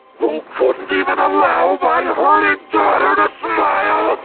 who couldn't even allow my hurting daughter to smile!